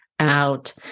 out